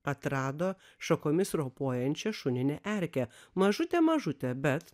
atrado šakomis ropojančią šuninę erkę mažutė mažutė bet